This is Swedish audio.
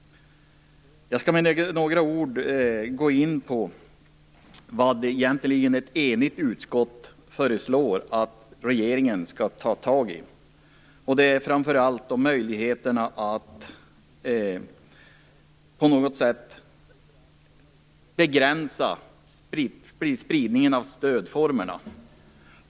Jag skall säga några ord om vad ett enigt utskott föreslår att regeringen skall ta tag i. Det är framför allt möjligheterna att på något sätt begränsa spridningen av stödformerna.